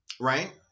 right